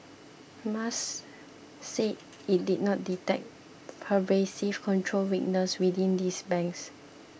M A S said it did not detect pervasive control weaknesses within these banks